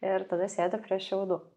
ir tada sėdi prie šiaudų